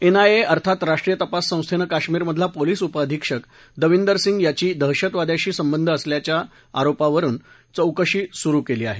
NIA अर्थात राष्ट्रीय तपास संस्थेनं काश्मिरमधला पोलिस उपअधिक्षक दविंदर सिंग याची दहशतवाद्याशी संबंध असल्याच्या आरोपावरुन चौकशी सुरु केली आहे